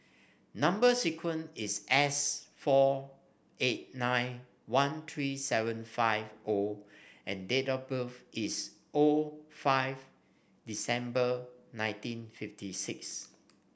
number sequence is S four eight nine one three seven five O and date of birth is O five December nineteen fifty six